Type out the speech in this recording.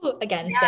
Again